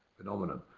phenomenon.